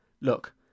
Look